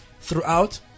Throughout